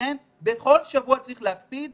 לכן בכל שבוע צריך להקפיד